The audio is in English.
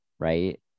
Right